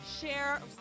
share